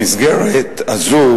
במסגרת הזו,